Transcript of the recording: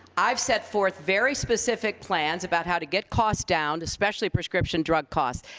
i've set forth very specific plans about how to get costs down, especially prescription drug costs.